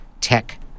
Tech